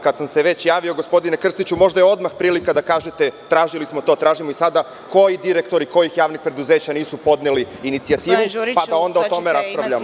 Kada sam se već javio gospodine Krstiću, možda je ovo odmah prilika da kažete, tražili smo to, tražimo i sada, koji direktori kojih javnih preduzeća nisu podneli inicijativu, pa da onda o tome raspravljamo.